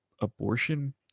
abortion